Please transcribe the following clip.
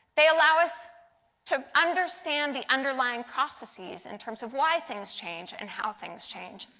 they allow us to understand the underlying processes in terms of why things change and how things change.